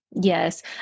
Yes